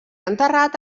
enterrat